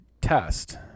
test